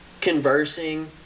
conversing